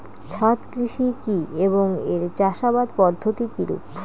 ছাদ কৃষি কী এবং এর চাষাবাদ পদ্ধতি কিরূপ?